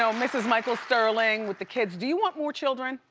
so mrs. michael sterling, with the kids. do you want more children?